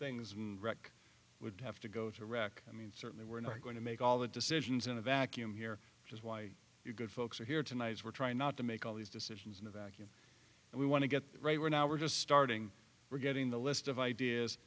things and wreck would have to go to iraq i mean certainly we're not going to make all the decisions in a vacuum here which is why your good folks are here tonight as we're trying not to make all these decisions in a vacuum and we want to get it right we're now we're just starting we're getting the list of ideas